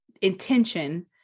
intention